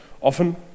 often